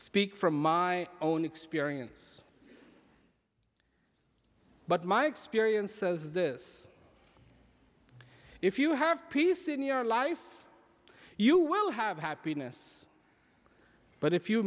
speak from my own experience but my experience says this if you have peace in your life you will have happiness but if you